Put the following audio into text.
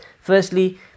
firstly